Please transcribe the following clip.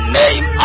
name